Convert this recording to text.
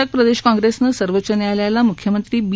कर्नाटक प्रदेश काँग्रेसने सर्वोच्च न्यायालयाला मुख्यमंत्री बी